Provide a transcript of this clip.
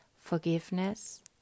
forgiveness